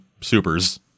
supers